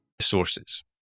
Sources